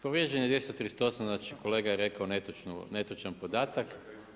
Povrijeđen je 238. znači kolega je rekao netočan podatak.